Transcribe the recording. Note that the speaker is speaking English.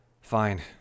Fine